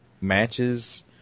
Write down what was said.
matches